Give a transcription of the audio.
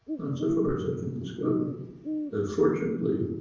not so far as i can discover that fortunately,